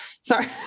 Sorry